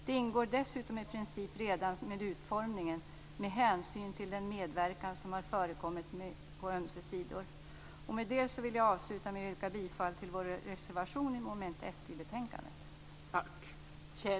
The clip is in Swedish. Det ingår dessutom i princip redan med utformningen "med hänsyn till den medverkan som har förekommit på ömse sidor". Med det vill jag avsluta med att yrka bifall till vår reservation under mom. 1 i betänkandet.